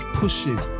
pushing